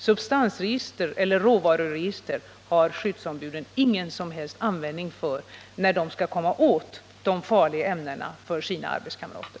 Substansregister eller råvaruregister har skyddsombuden ingen som helst användning för när de skall komma åt de ämnen som är farliga för deras arbetskamrater.